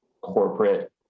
corporate